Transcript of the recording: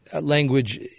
language